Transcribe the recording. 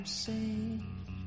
safe